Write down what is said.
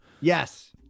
Yes